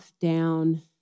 down